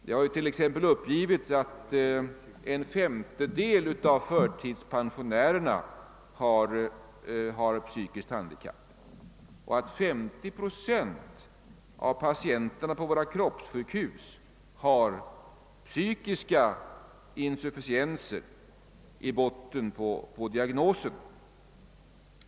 Det har t.ex. uppgivits att en femtedel av förtidspensionärerna har psykiska handikapp och att 50 procent av patienterna på våra kroppssjukhus har psykiska insufficienser i botten på sin diagnos.